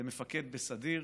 למפקד בסדיר,